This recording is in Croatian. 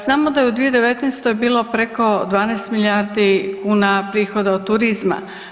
Znamo da je u 2019. bilo preko 12 milijardi kuna prihoda od turizma.